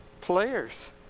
players